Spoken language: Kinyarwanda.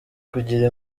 kugira